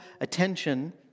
attention